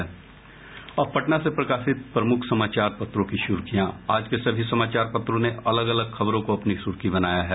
अब पटना से प्रकाशित प्रमुख समाचार पत्रों की सुर्खियां आज के सभी समाचार पत्रों ने अलग अलग खबरों को अपनी सुर्खी बनाया है